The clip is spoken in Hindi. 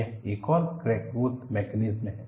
यह एक और क्रैक ग्रोथ मेकनिज़म है